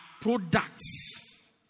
products